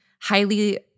highly